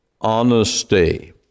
honesty